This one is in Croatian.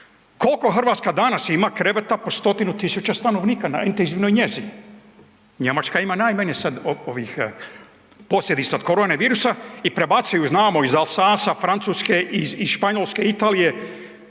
Koliko Hrvatska danas ima kreveta po 100-tinu tisuća stanovnika na intenzivnoj njezi. Njemačka ima najmanje sad ovih posljedica od korone virusa i prebacuju znamo iz Alsace, Francuske, iz Španjolske, Italije